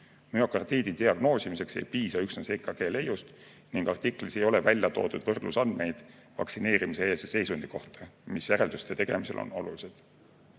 Müokardiidi diagnoosimiseks ei piisa üksnes EKG leiust ning artiklis ei ole välja toodud võrdlusandmeid vaktsineerimiseelse seisundi kohta, mis järelduste tegemisel on olulised.